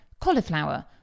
cauliflower